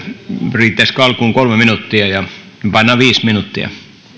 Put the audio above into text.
riittäisikö ministerille alkuun kolme minuuttia pannaan viisi minuuttia